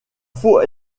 faux